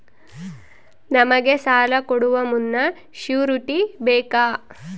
ನಮಗೆ ಸಾಲ ಕೊಡುವ ಮುನ್ನ ಶ್ಯೂರುಟಿ ಬೇಕಾ?